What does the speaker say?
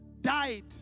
died